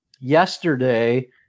yesterday